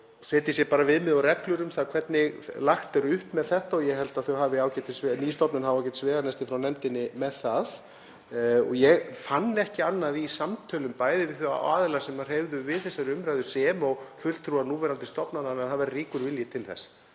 setji sér viðmið og reglur um það hvernig lagt er upp með þetta. Ég held að ný stofnun hafi ágætisveganesti frá nefndinni með það. Ég fann ekki annað í samtölum, bæði við þá aðila sem hreyfðu við þessari umræðu sem og fulltrúa núverandi stofnunar, en að það væri ríkur vilji til þess.